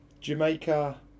Jamaica